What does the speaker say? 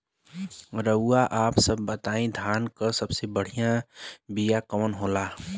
रउआ आप सब बताई धान क सबसे बढ़ियां बिया कवन होला?